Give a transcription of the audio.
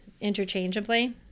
interchangeably